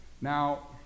Now